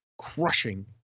crushing